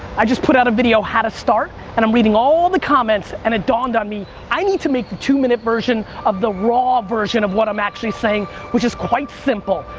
i just put out a video, how to start, and i'm reading all the comments, and it dawned on me. i need to make a two minutes version of the raw version of what i'm actually saying which is quite simple.